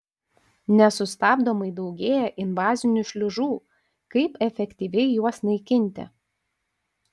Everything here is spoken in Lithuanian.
nesustabdomai daugėja invazinių šliužų kaip efektyviai juos naikinti